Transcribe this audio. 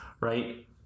right